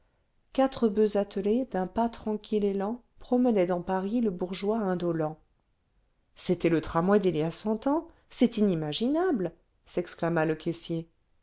quatre boeufs attelés d'un pas tranquille et lent promenaient dans paris le bourgeois indolent le vingtième siècle c'était le tramway d'il y a cent ans c'est inimaginable exclama le caissier